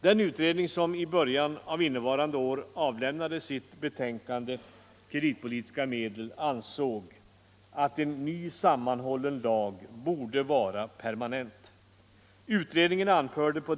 Den utredning som i början av innevarande år avlämnade betänkandet ”Kreditpolitiska medel” ansåg att en ny sammanhållen lag inte borde vara tidsbegränsad.